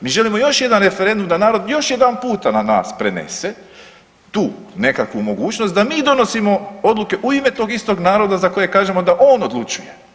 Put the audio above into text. Mi želimo još jedan referendum da narod još jedan puta na nas prenese tu nekakvu mogućnost da mi donosimo odluke u ime tog istog naroda za koji kažemo da on odlučuje.